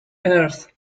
earth